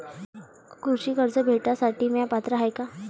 कृषी कर्ज भेटासाठी म्या पात्र हाय का?